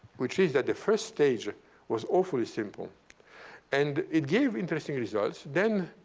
which is that the first stage was awfully simple and it gave interesting results. then,